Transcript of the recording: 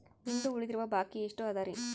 ಇಂದು ಉಳಿದಿರುವ ಬಾಕಿ ಎಷ್ಟು ಅದರಿ?